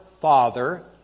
Father